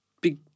big